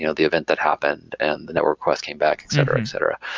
you know the event that happened and the network requests came back etc, etc.